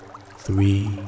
three